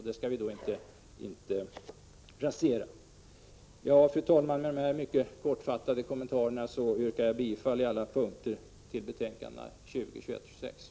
Därför skall vi inte rasera linjesystemet. Fru talman! Med dessa mycket kortfattade kommentarer yrkar jag bifall på alla punkter till hemställan i betänkandena 20, 21 och 26.